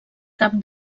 cap